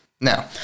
Now